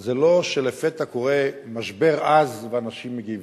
זה לא שלפתע קורה משבר עז ואנשים מגיבים,